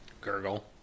Gurgle